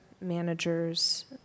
managers